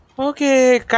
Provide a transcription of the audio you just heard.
Okay